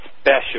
special